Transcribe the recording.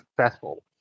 successful